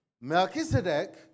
Melchizedek